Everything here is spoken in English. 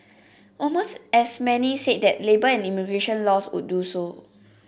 almost as many said that labour and immigration laws would do so